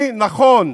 אני, נכון,